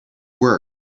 work